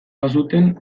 bazuten